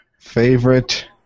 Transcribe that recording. Favorite